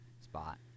spot